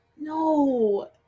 No